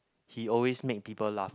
he always make people laugh